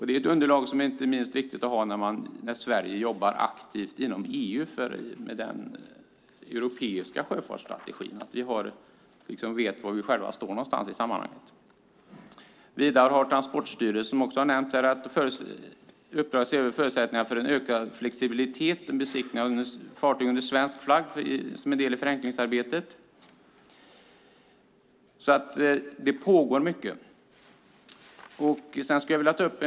Det är ett underlag som det är viktigt att ha inte minst då Sverige aktivt jobbar inom EU med den europeiska sjöfartsstrategin så att vi liksom vet var vi själva står i sammanhanget. Som tidigare nämnts här har Transportstyrelsen i uppdrag att se över förutsättningarna för en ökad flexibilitet vid besiktning av fartyg under svensk flagg som en del i förenklingsarbetet. Det pågår alltså mycket arbete. Fru talman!